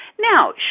Now